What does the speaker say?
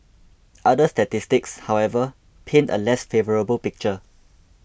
other statistics however paint a less favourable picture